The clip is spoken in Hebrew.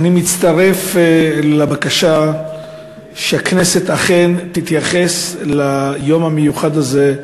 אני מצטרף לבקשה שהכנסת אכן תתייחס ליום המיוחד הזה,